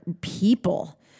people